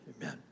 Amen